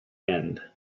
end